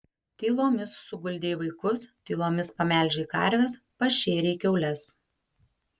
tylomis suguldei vaikus tylomis pamelžei karves pašėrei kiaules